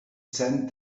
sent